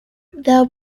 though